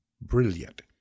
brilliant